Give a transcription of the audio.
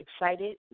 excited